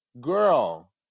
girl